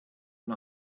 and